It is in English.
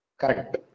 Correct